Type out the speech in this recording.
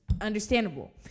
understandable